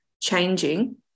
changing